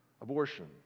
abortion